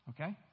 Okay